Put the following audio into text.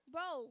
Bro